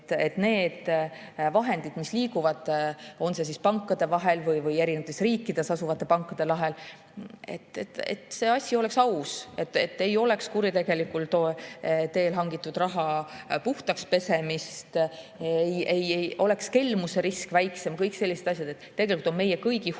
et need vahendid, mis liiguvad, on see pankade vahel või eri riikides asuvate pankade vahel, oleksid ausad. Et ei oleks kuritegelikul teel hangitud raha puhtaks pesemist, oleks kelmuse risk väiksem ja kõik sellised asjad. Tegelikult on meie kõigi huvides,